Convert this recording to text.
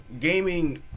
Gaming